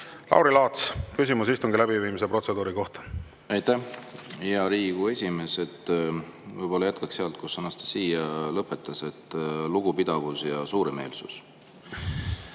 Lauri Laats, küsimus istungi läbiviimise protseduuri kohta. Aitäh, hea Riigikogu esimees! Võib-olla jätkaks sealt, kus Anastassia lõpetas, et lugupidavus ja suuremeelsus.